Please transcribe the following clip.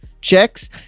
checks